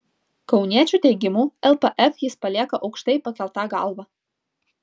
kauniečio teigimu lpf jis palieka aukštai pakelta galva